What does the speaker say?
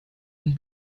and